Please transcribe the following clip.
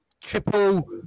Triple